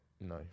no